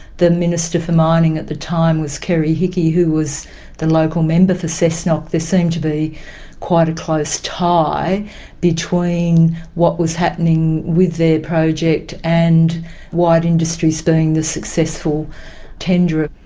the minister for mining at the time was kerry hickey who was the local member for cessnock, there seem to be quite a close tie between what was happening with their project and white industries being the successful tenderer.